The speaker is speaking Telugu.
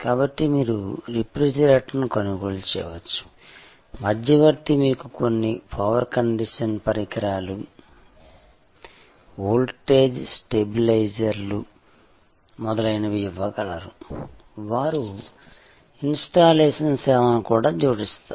కాబట్టి మీరు రిఫ్రిజిరేటర్ను కొనుగోలు చేయవచ్చు మధ్యవర్తి మీకు కొన్ని పవర్ కండిషనింగ్ పరికరాలు వోల్టేజ్ స్టెబిలైజర్లు మరియు మొదలైనవి ఇవ్వగలరు వారు ఇన్స్టాలేషన్ సేవను కూడా జోడిస్తారు